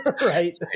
right